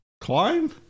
climb